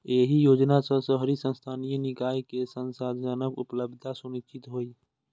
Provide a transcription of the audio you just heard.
एहि योजना सं शहरी स्थानीय निकाय कें संसाधनक उपलब्धता सुनिश्चित हेतै